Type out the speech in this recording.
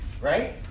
Right